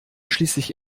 schließlich